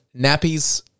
Nappies